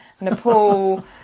Nepal